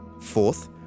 Fourth